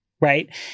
right